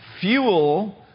fuel